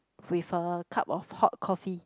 with a cup of hot coffee